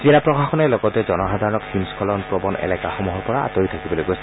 জিলা প্ৰশাসনে লগতে জনসাধাৰণক হিমস্থলন প্ৰৱণ এলেকাসমূহৰ পৰা আতৰি থাকিবলৈ কৈছে